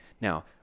Now